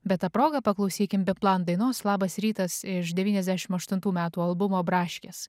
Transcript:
bet ta proga paklausykim biplan dainos labas rytas iš devyniasdešim aštuntų metų albumo braškės